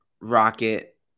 Rocket